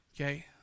Okay